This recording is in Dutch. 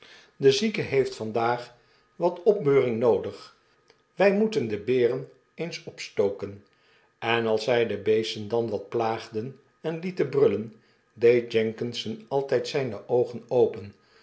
de zieke heeft vandaag wat opbeuring noodig wy moeten de beren eens opstoken en als zij de beesten dan wat plaagden en lieten brullen deed jenkinson altyd zyne oogen open